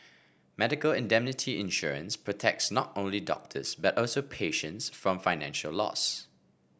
medical indemnity insurance protects not only doctors but also patients from financial loss